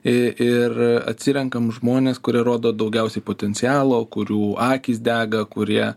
i ir atsirenkam žmones kurie rodo daugiausiai potencialo kurių akys dega kurie